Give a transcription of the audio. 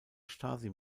stasi